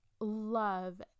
love